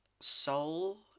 soul